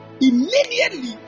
Immediately